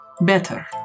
better